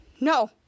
No